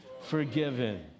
forgiven